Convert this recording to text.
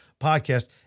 podcast